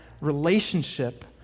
relationship